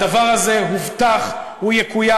הדבר הזה הובטח, הוא יקוים.